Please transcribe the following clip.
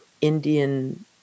Indian